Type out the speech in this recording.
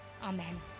Amen